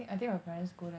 I think my primary school